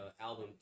album